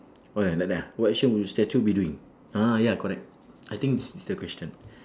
oh like like like what action will the statue be doing ah ya correct I think this is the question